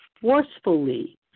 forcefully